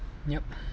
yup